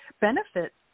benefits